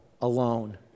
alone